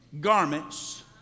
garments